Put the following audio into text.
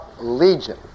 legion